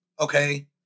Okay